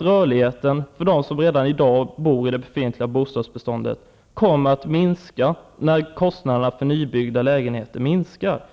Rörligheten för dem som redan i dag bor i det befintliga bostadsbeståndet kommer att minska när kostnaderna för nybyggda lägenheter ökar.